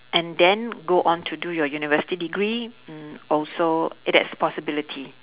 and then go on to do your university degree mm also that's a possibility